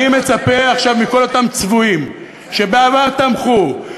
אני מצפה עכשיו מכל אותם צבועים שבעבר תמכו,